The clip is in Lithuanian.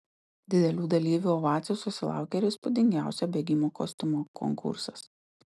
didelių dalyvių ovacijų susilaukė ir įspūdingiausio bėgimo kostiumo konkursas